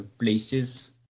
places